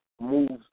moves